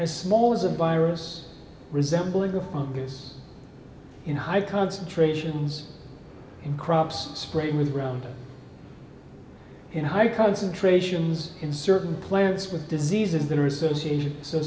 as small as a bios resembling a fungus in high concentrations in crops sprayed with ground in high concentrations in certain plants with diseases that are associated